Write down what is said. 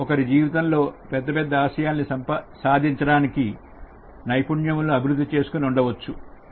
ఒకరి జీవితంలో పెద్ద పెద్ద ఆశయాల్ని సాధించడానికి నైపుణ్యము లను అభివృద్ధి చేసుకుని ఉండవచ్చు